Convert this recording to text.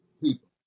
people